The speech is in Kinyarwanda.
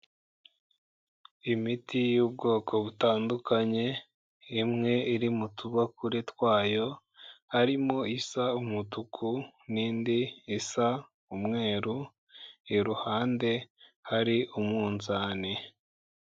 Imiti y'ubwoko butandukanye, imwe iri mu tubakure twayo, harimo isa umutuku n'indi isa umweru, iruhande hari umunzani.